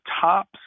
top